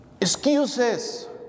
Excuses